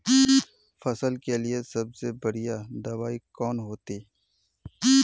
फसल के लिए सबसे बढ़िया दबाइ कौन होते?